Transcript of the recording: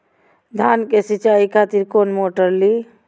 धान के सीचाई खातिर कोन मोटर ली?